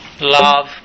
love